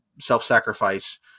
self-sacrifice